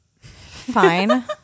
fine